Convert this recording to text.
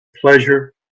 pleasure